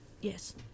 Yes